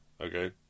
okay